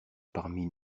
parmi